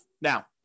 Now